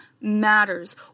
matters